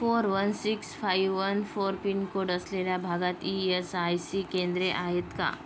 four one six five one four pincode असलेल्या भागात E S I C केंद्रे आहेत का